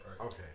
Okay